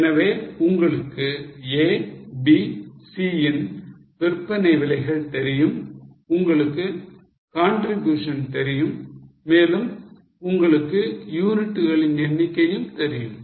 எனவே உங்களுக்கு A B C யின் விற்பனை விலைகள் தெரியும் உங்களுக்கு contribution தெரியும் மேலும் உங்களுக்கு யூனிட்களின் எண்ணிக்கையும் தெரியும்